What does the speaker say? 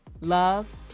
love